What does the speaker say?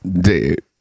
Dude